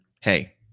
Hey